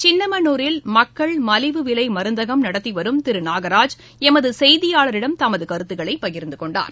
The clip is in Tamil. சின்னமனூரில் மக்கள் மலிவு விலை மருந்தகம் நடத்தி வரும் திரு நாகராஜ் எமது செய்தியாளரிடம் தமது கருத்துக்களை பகிர்ந்துகொண்டார்